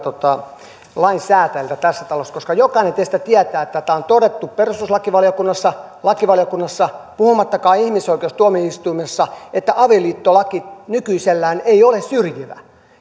lainsäätäjiltä tässä talossa koska jokainen teistä tietää että tämä on todettu perustuslakivaliokunnassa lakivaliokunnassa puhumattakaan ihmisoikeustuomioistuimista että avioliittolaki nykyisellään ei ole syrjivä